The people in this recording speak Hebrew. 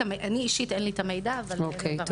אישית את המידע, אבל נדאג להעביר.